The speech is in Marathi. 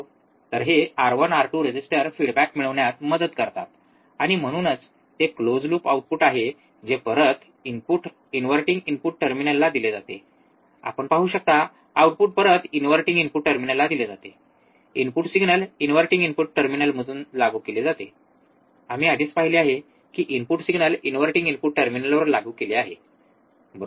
तर हे R1 R2 रेजिस्टर फिडबॅक मिळविण्यात मदत करतात आणि म्हणूनच ते क्लोज लूप आउटपुट आहे जे परत इनव्हर्टिंग इनपुट टर्मिनलला दिले जाते आपण पाहू शकता आउटपुट परत इनव्हर्टिंग इनपुट टर्मिनलला दिले जाते इनपुट सिग्नल इनव्हर्टिंग इनपुट टर्मिनलमधून लागू केले जाते आम्ही आधीच पाहिले आहे कि इनपुट सिग्नल इनव्हर्टिंग इनपुट टर्मिनलवर लागू केले आहे बरोबर